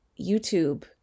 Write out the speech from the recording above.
YouTube